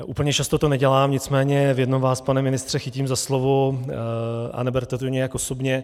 Úplně často to nedělám, nicméně v jednom vás, pane ministře, chytím za slovo a neberte to nijak osobně.